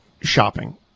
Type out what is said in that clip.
shopping